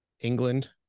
England